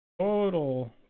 total